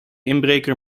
inbreker